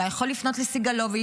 אתה יכול לפנות לסגלוביץ',